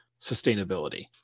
sustainability